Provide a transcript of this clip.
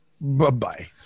Bye-bye